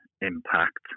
impact